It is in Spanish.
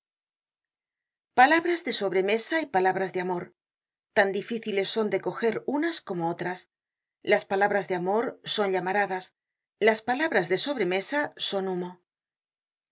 palabras de sobremesa y palabras de amor tan difíciles son de coger unas como otras las palabras de amor son llamaradas las palabras de sobre mesa son humo